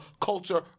culture